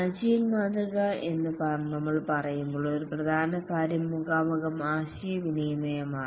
agile മാതൃക എന്ന് നമ്മൾ പറയുമ്പോൾ ഒരു പ്രധാന കാര്യം മുഖാമുഖ ആശയവിനിമയമാണ്